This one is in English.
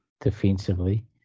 defensively